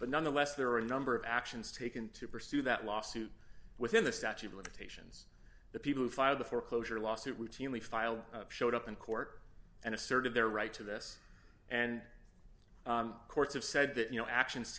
but nonetheless there are a number of actions taken to pursue that lawsuit within the statue of liberty the people who filed the foreclosure lawsuit routinely filed showed up in court and asserted their right to this and courts have said that you know actions